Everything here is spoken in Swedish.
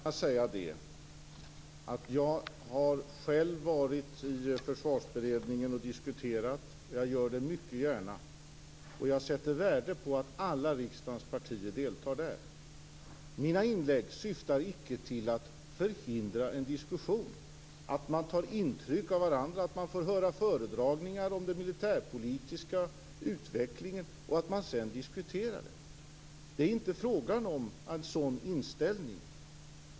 Fru talman! Jag vill säga att jag själv har varit i Försvarsberedningen och diskuterat och att jag mycket gärna gör det. Jag sätter värde på att alla riksdagens partier deltar där. Mina inlägg syftar icke till att förhindra en diskussion. Man tar intryck av varandra, man får höra föredragningar om den militärpolitiska utvecklingen och sedan diskuterar man. Det är inte frågan om någon sådan inställning.